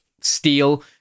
steel